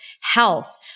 health